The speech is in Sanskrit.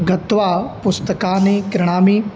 गत्वा पुस्तकानि क्रीणामि